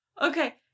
Okay